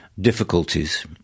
difficulties